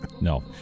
No